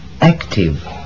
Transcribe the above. active